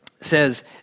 says